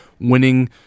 winning